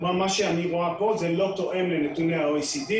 היא אמרה: מה שאני רואה פה לא תואם לנתוני ה-OECD,